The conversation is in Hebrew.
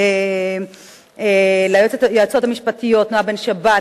ליועצות המשפטיות נועה בן-שבת,